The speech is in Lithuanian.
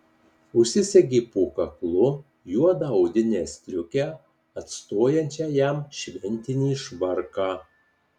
užsisegė po kaklu juodą odinę striukę atstojančią jam šventinį švarką